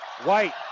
White